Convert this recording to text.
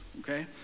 okay